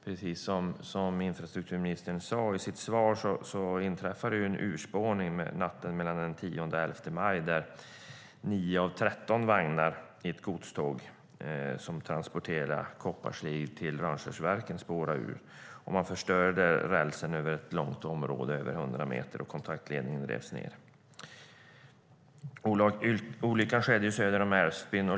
Precis som infrastrukturministern sade i sitt svar inträffade en urspårning natten mellan den 10 och den 11 maj då 9 av 13 vagnar i ett godståg som transporterade kopparslig till Rönnskärsverken spårade ur. Mer än 100 meter räls förstördes, och kontaktledningen revs ned. Olyckan skedde söder om Älvsbyn.